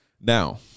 now